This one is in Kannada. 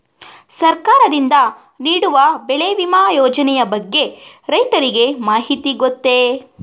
ಸರ್ಕಾರದಿಂದ ನೀಡುವ ಬೆಳೆ ವಿಮಾ ಯೋಜನೆಯ ಬಗ್ಗೆ ರೈತರಿಗೆ ಮಾಹಿತಿ ಗೊತ್ತೇ?